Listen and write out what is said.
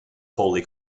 holy